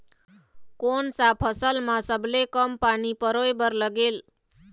कोन सा फसल मा सबले कम पानी परोए बर लगेल?